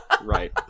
Right